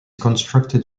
constructed